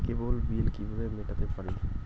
কেবল bill কিভাবে মেটাতে পারি?